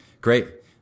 Great